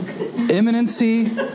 Imminency